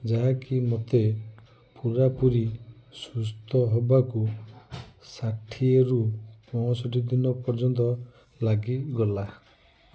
ଯାହାକି ମୋତେ ପୁରାପୁରି ସୁସ୍ଥ ହବାକୁ ଷାଠିଏ ରୁ ପଂଶଠି ଦିନ ପର୍ଯ୍ୟନ୍ତ ଲାଗିଗଲା